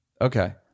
Okay